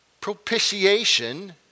propitiation